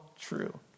true